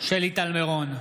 שלי טל מירון,